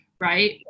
right